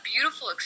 beautiful